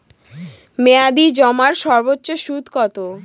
মেয়াদি জমার সর্বোচ্চ সুদ কতো?